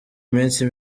minsi